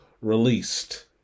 released